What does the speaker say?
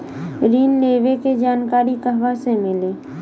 ऋण लेवे के जानकारी कहवा से मिली?